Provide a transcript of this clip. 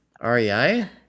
REI